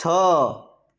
ଛଅ